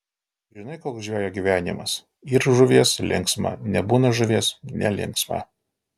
žinai koks žvejo gyvenimas yr žuvies linksma nebūna žuvies nelinksma